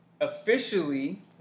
officially